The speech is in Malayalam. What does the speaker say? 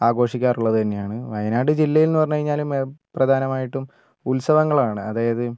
ആഘോഷിക്കാറുള്ളത്തന്നെയാണ് വയനാട് ജില്ലയിൽന്ന് പറഞ്ഞ് കഴിഞ്ഞാല് പ്രധാനമായിട്ടും ഉത്സവങ്ങളാണ് അതായത്